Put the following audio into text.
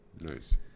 nice